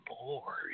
more